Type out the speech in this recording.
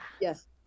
Yes